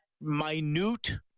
minute